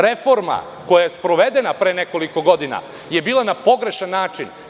Reforma koja je sprovedena pre nekoliko godina je bila na pogrešan način.